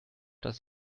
dass